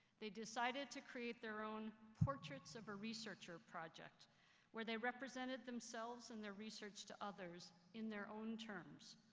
they decided to create their own portraits of a researcher project where they represented themselves and their research to others in their own terms.